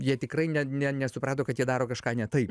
jie tikrai ne ne nesuprato kad jie daro kažką ne taip